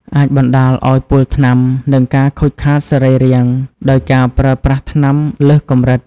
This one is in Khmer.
អាចបណ្តាលឲ្យពុលថ្នាំ និងការខូចខាតសរីរាង្គ ដោយការប្រើប្រាស់ថ្នាំលើសកម្រិត។